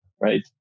Right